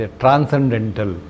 transcendental